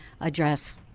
address